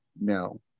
No